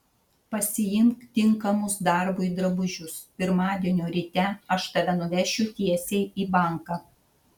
pasiimk tinkamus darbui drabužius pirmadienio ryte aš tave nuvešiu tiesiai į banką